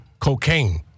cocaine